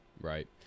Right